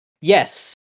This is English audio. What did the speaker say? yes